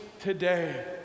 today